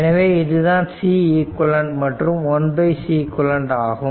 எனவே இதுதான் Ceq மற்றும் 1Ceq ஆகும்